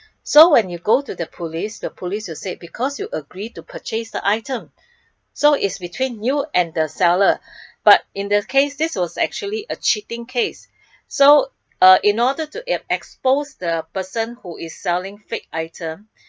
so when you go to the police the police would say because you agree to purchase the item so it's between you and the seller but in the case this was actually a cheating case so uh in order to ex~ expose the person who is selling fake item